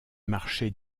marché